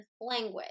language